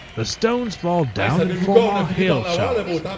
the stones fall down and form our hail showers.